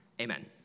Amen